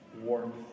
warmth